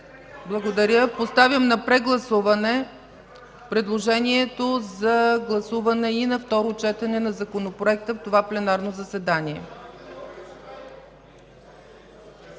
ЦАЧЕВА: Поставям на прегласуване предложението за гласуване и на второ четене на Законопроекта в това пленарно заседание.